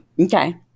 Okay